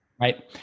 Right